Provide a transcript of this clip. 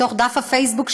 מתוך דף הפייסבוק,